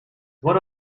one